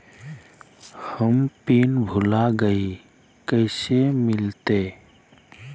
हम पिन भूला गई, कैसे मिलते?